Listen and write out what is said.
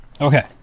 Okay